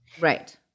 Right